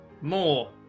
more